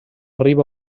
riba